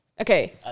Okay